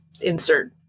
insert